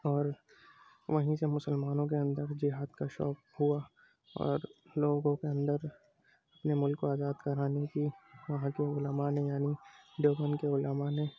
اور وہیں سے مسلمانوں کے اندر جہاد کا شوق ہوا اور لوگوں کے اندر اپنے ملک کو آزاد کرانے کی وہاں کے علماء نے یعنی دیوبند کے علماء نے